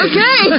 Okay